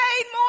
more